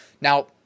Now